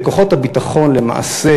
וכוחות הביטחון למעשה,